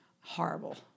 horrible